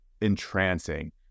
entrancing